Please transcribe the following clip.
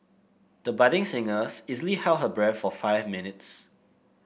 the budding singers easily held her breath for five minutes